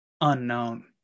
unknown